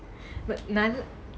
but நல்லா:nallaa